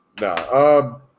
No